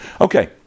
Okay